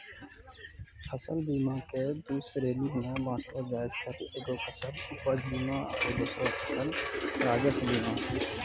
फसल बीमा के दु श्रेणी मे बाँटलो जाय छै एगो फसल उपज बीमा आरु दोसरो फसल राजस्व बीमा